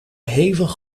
hevig